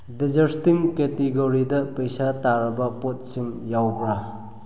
ꯗꯖꯔꯠꯁꯇꯤꯡ ꯀꯦꯇꯤꯒꯣꯔꯤꯗ ꯄꯩꯁꯥ ꯇꯥꯔꯕ ꯄꯣꯠꯁꯤꯡ ꯌꯥꯎꯕ꯭ꯔꯥ